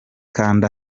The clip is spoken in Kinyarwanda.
kanda